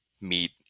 meet